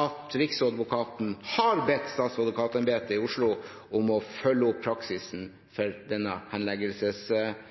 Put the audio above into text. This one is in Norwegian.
at riksadvokaten har bedt statsadvokatembetene i Oslo om å følge opp praksisen for